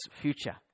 future